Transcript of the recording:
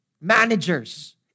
Managers